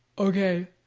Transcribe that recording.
okay,